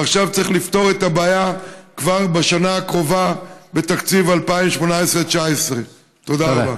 עכשיו צריך לפתור את הבעיה כבר בשנה הקרובה בתקציב 2018 2019. תודה רבה.